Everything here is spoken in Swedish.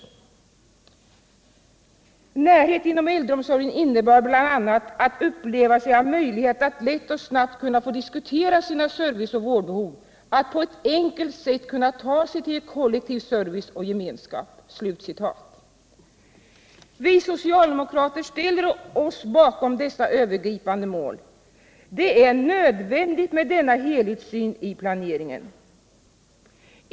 att uppl2va sig ha möjlighet att lätt och snabbt kunna få diskutera sina service och vårdbehov, att på ett enkelt sätt kunna ta sig till kollektiv service och gemenskap. Vi socizldemokrater ställer oss bakom dessa övergripande mål. Det är nödvändigt med denna helheltssyn i planeringen.